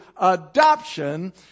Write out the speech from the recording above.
adoption